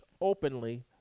openly